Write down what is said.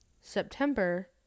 september